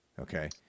Okay